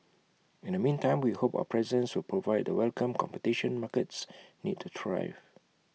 in the meantime we hope our presence will provide the welcome competition markets need to thrive